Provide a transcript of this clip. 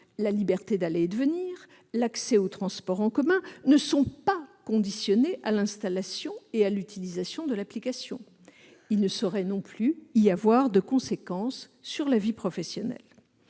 la liberté d'aller et de venir, l'accès aux transports en commun ne sont pas conditionnés à l'installation et à l'utilisation de l'application. Il ne saurait non plus y avoir de conséquences sur la vie professionnelle.